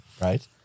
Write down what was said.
Right